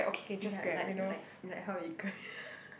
ya like like like how we Grab here